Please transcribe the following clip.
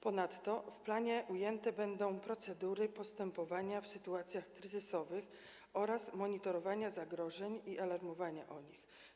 Ponadto w planie ujęte będą procedury postępowania w sytuacjach kryzysowych oraz monitorowania zagrożeń i alarmowania o nich.